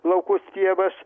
laukus pievas